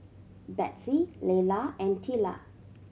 Betsey Leila and Tilla